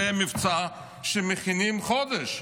זה מבצע שמכינים חודש,